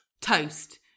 Toast